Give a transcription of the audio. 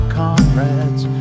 comrades